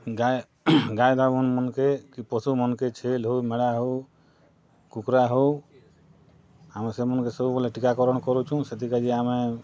ଗାଏ ଗାଏଦାମୁର ମନକେ କି ପଶୁ ମନକେ ଛେଲ୍ ହଉ ମେଣହା ହଉ କୁକରା ହଉ ଆମେ ସେମାନକେ ସବୁବେଲେ ଟିକାକରଣ କରୁଛୁଁ ସେଥିକାଯେ ଆମେ